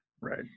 Right